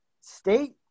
state